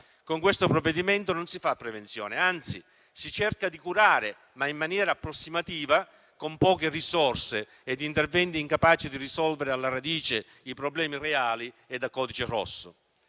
Con questo provvedimento non si fa prevenzione, anzi si cerca di curare in maniera approssimativa, con poche risorse e interventi incapaci di risolvere alla radice i problemi reali e da codice rosso.